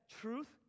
truth